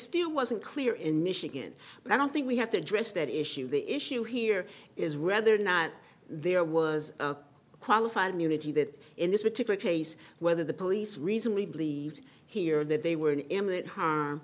still wasn't clear in michigan but i don't think we have to address that issue the issue here is whether or not there was qualified immunity that in this particular case whether the police recently believed here that they were an im